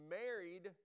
married